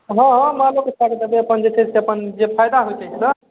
हँ हँ अपन जे से अपन जे फाइदा हेतै से